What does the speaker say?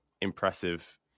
impressive